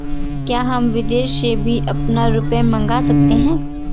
क्या हम विदेश से भी अपना रुपया मंगा सकते हैं?